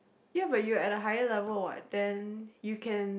ya but you at a higher level what then you can